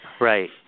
Right